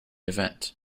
event